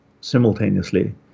simultaneously